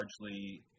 largely